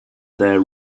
there